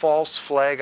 false flag